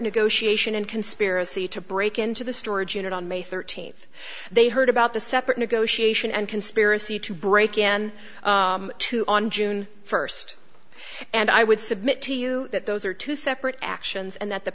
negotiation and conspiracy to break into the storage unit on may thirteenth they heard about the separate negotiation and conspiracy to break in to on june first and i would submit to you that those are two separate actions and that the